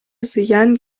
зыян